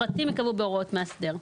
הפרטים ייקבעו בהוראות מאסדר,